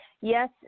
Yes